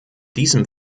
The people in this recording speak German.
diesem